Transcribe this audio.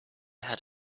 had